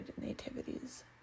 nativities